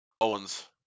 Owens